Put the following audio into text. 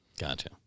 Gotcha